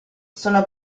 sono